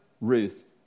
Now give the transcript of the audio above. Ruth